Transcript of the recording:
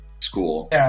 school